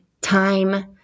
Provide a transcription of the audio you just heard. Time